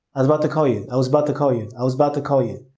i was about to call you. i was about to call you. i was about to call you.